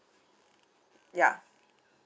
ya